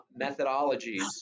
Methodologies